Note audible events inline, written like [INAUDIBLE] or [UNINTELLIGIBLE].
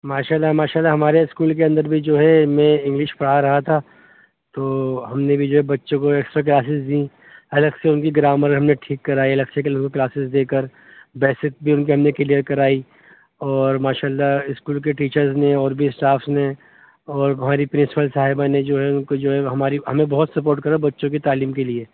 ماشاء اللہ ماشا اللہ ہمارے اسکول کے اندر بھی جو ہے میں انگلش پڑھا رہا تھا تو ہم نے بھی جو ہے بچوں کو ایکسٹرا کلاسز دیں الگ سے ان کی گرامر ہم نے ٹھیک کرائی الگ سے [UNINTELLIGIBLE] کلاسز دے کر بیسیکس بھی ان کے ہم نے کلیئر کرائی اور ماشاء اللہ اسکول کے ٹیچرس نے اور بھی اسٹافس نے اور ہماری پرنسپل صاحبہ نے جو ہے ان کو جو ہے ہماری ہمیں بہت سپورٹ کرا بچوں کی تعلیم کے لیے